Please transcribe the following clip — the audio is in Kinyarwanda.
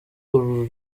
urwo